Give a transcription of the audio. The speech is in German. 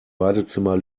badezimmer